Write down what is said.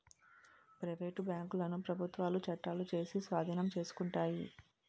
private బ్యాంకులను ప్రభుత్వాలు చట్టాలు చేసి స్వాధీనం చేసుకుంటాయి